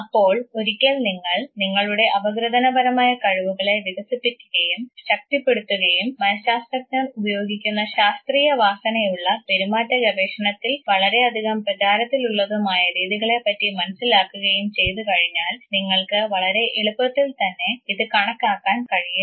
അപ്പോൾ ഒരിക്കൽ നിങ്ങൾ നിങ്ങളുടെ അപഗ്രഥനപരമായ കഴിവുകളെ വികസിപ്പിക്കുകയും ശക്തിപ്പെടുത്തുകയും മനശാസ്ത്രജ്ഞർ ഉപയോഗിക്കുന്ന ശാസ്ത്രീയ വാസനയുള്ള പെരുമാറ്റ ഗവേഷണത്തിൽ വളരെയധികം പ്രചാരത്തിലുള്ളതുമായ രീതികളെപ്പറ്റി മനസ്സിലാക്കുകയും ചെയ്തുകഴിഞ്ഞാൽ നിങ്ങൾക്ക് വളരെ എളുപ്പത്തിൽ തന്നെ ഇത് കണക്കാക്കാൻ കഴിയും